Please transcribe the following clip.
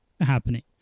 happening